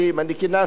אני כינסתי פה,